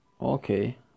Okay